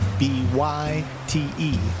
B-Y-T-E